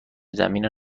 زمینه